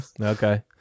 Okay